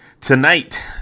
Tonight